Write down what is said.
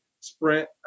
Sprint